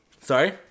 Sorry